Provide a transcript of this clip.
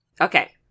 Okay